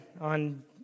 on